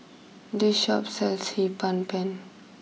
this Shop sells Hee Pan Pen